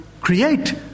create